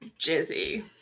Jizzy